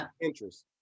interest